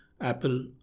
Apple